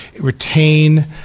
retain